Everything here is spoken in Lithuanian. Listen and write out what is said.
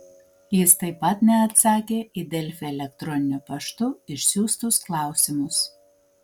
jis taip pat neatsakė į delfi elektroniniu paštu išsiųstus klausimus